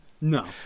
No